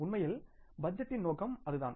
உண்மையில் பட்ஜெட்டின் நோக்கம் அதுதான்